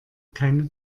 keine